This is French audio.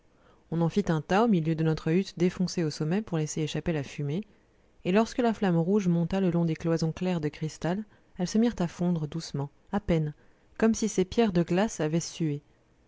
on en fit un tas au milieu de notre hutte défoncée au sommet pour laisser échapper la fumée et lorsque la flamme rouge monta le long des cloisons claires de cristal elles se mirent à fondre doucement à peine comme si ces pierres de glace avaient sué